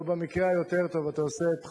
או במקרה היותר טוב אתה עושה את חוצה-ישראל,